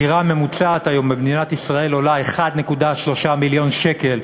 דירה ממוצעת היום במדינת ישראל עולה 1.3 מיליון שקל.